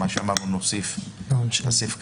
נוסיף סעיף קטן.